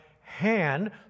hand